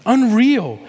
Unreal